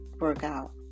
workout